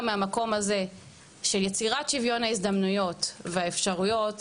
מהמקום הזה של יצירת שוויון ההזדמנויות והאפשרויות,